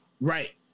Right